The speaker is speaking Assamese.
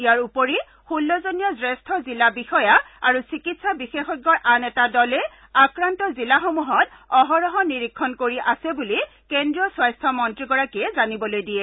ইয়াৰ উপৰি ষোল্লজনীয়া জ্যেষ্ঠ জিলা বিয়য়া আৰু চিকিৎসা বিশেষজ্ঞৰ আন এটা দলে আক্ৰান্ত জিলাসমূহত অহৰহ নিৰীক্ষণ কৰি আছে বুলি কেন্দ্ৰীয় স্বাস্থ্য মন্ত্ৰীগৰাকীয়ে জানিবলৈ দিয়ে